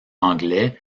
anglais